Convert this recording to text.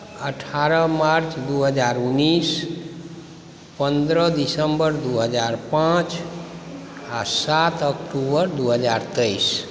अठारह मार्च दू हजार उन्नैस पन्द्रह दिसम्बर दू हजार पाँच आ सात अक्टुबर दू हजार तेइस